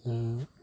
ओह